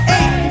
Eight